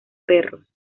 perros